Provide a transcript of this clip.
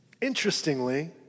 Interestingly